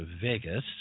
Vegas